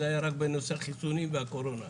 זה היה רק בנושא החיסונים והקורונה.